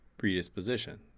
Predisposition